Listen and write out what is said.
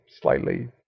slightly